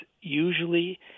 usually